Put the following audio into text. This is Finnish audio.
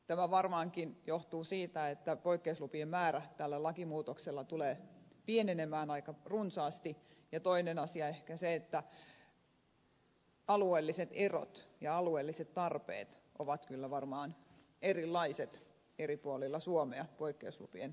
tämä varmaankin johtuu siitä että poikkeuslupien määrä tällä lakimuutoksella tulee pienenemään aika runsaasti ja toisaalta ehkä alueellisista eroista siitä että alueelliset tarpeet ovat kyllä varmaan erilaiset eri puolilla suomea poikkeuslupien osalta